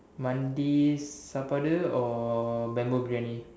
Mandi சாப்பாடு:saappaadu or Bamboo Briyani